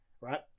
Right